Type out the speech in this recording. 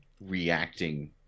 reacting